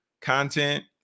content